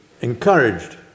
encouraged